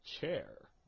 chair